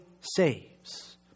saves